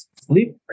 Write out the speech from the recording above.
sleep